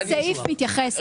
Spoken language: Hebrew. רק עוד משפט.